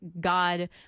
god